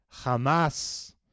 Hamas